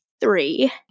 three